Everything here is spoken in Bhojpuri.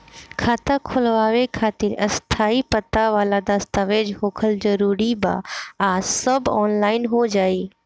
खाता खोलवावे खातिर स्थायी पता वाला दस्तावेज़ होखल जरूरी बा आ सब ऑनलाइन हो जाई?